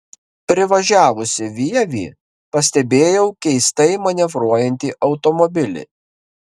privažiavusi vievį pastebėjau keistai manevruojantį automobilį